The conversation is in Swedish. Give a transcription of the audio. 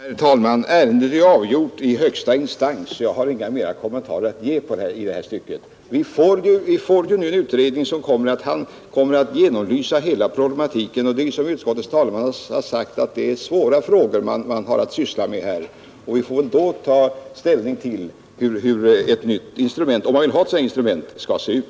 Herr talman! Ärendet är avgjort i högsta instans, och jag har inga flera Torsdagen den kommentarer att ge i detta sammanhang. En utredning skall nu 20 april 1972 genomlysa hela problematiken, och det är som utskottets talesman har sagt svåra frågor det här gäller. Vi får väl sedan ta ställning till hur ett Avskaffande av filmnytt instrument för förhandsgranskning, om man vill ha ett sådant censuren för vuxna, m.m. instrument, skall se ut.